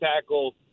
tackle